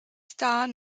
star